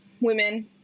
women